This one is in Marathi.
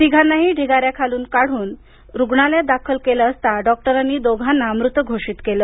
तिघांनाही ढिगाऱ्याखालुन बाहेर काढून रुग्णालयात दाखल केलं असता डॉक्टरांनी दोघांना मृत घोषित केलं